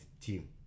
team